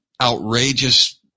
outrageous